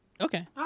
Okay